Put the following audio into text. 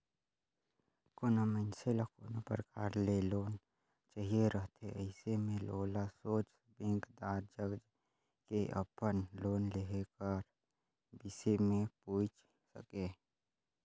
कोनो मइनसे ल कोनो परकार ले लोन चाहिए रहथे अइसे में ओला सोझ बेंकदार जग जाए के अपन लोन लेहे कर बिसे में पूइछ सके